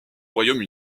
royaume